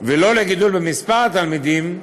ולא לגידול במספר התלמידים.